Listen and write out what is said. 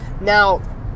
Now